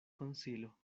konsilo